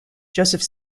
joseph